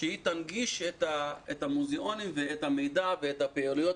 שהיא תנגיש את המוזיאונים ואת המידע ואת הפעילויות